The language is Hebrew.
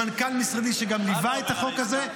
למנכ"ל משרדי שגם ליווה את החוק הזה,